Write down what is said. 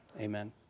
amen